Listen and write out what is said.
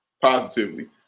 positively